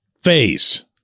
phase